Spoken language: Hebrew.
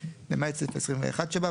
למעט סעיף 21 שבה,